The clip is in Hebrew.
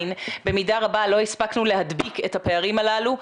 במידה רבה לא הספקנו להדביק את הפערים הללו.